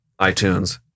iTunes